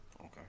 Okay